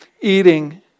eating